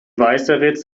weißeritz